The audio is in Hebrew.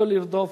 לא לרדוף,